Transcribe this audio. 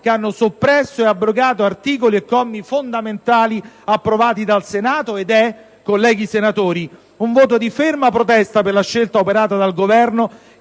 che hanno soppresso e abrogato articoli e commi fondamentali approvati dal Senato, ed è, colleghi senatori, un voto di ferma protesta per la scelta operata dal Governo,